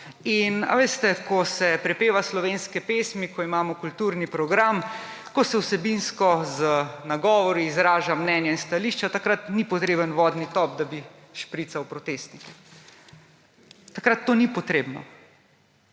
in ko se prepeva slovenske pesmi, ko imamo kulturni program, ko se vsebinsko z nagovori izraža mnenje in stališča, takrat ni potreben vodni top, da bi šprical protestnike. Takrat to ni potrebno.